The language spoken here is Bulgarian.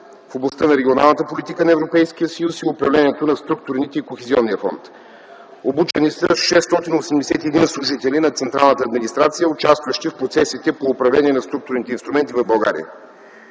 в областта на регионалната политика на Европейския съюз и управлението на структурните и Кохезионния фонд. Обучени са 681 служители на централната администрация, участващи в процесите по управление на структурните инструменти в България.